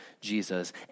Jesus